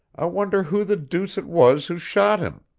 i wonder who the deuce it was who shot him?